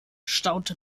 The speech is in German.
staunte